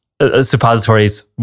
Suppositories